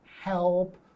help